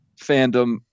fandom